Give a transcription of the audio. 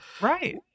Right